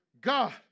God